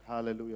hallelujah